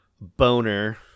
boner